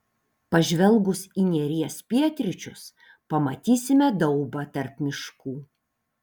pažvelgus į neries pietryčius pamatysime daubą tarp miškų